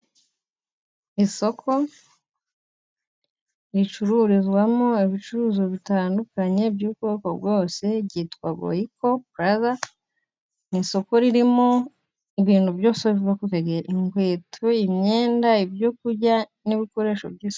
Isoko ricururizwamo ibicuruzwa bitandukanye by'ubwoko bwose, ryitwa Goicco Plaza, ni isoko ririmo ibintu byose, inkweto, imyenda, ibyo kurya, n'ibikoresho by'isuku.